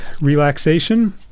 relaxation